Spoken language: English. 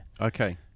Okay